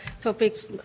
topics